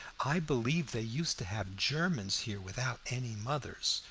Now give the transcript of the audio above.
i believe they used to have germans here without any mothers,